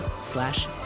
slash